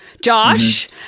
Josh